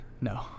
No